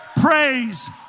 praise